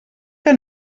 que